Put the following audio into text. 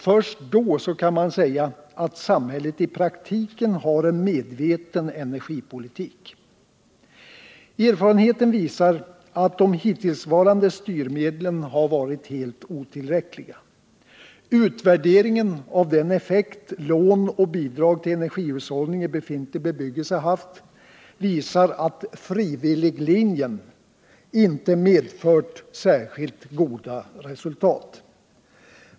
Först då kan man säga att samhället i praktiken har en medveten energipolitik. Erfarenheten visar att de hittillsvarande styrmedlen varit helt otillräckliga. Utvärderingen av den effekt lån och bidrag till energihushållning i befintlig bebyggelse haft visar att ”frivilliglinjen” inte medfört särskilt goda resultat.